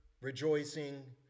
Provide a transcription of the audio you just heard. rejoicing